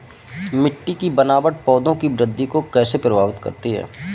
मिट्टी की बनावट पौधों की वृद्धि को कैसे प्रभावित करती है?